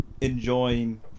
enjoying